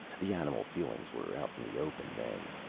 the animal feelings were out in the open then.